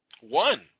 One